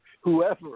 whoever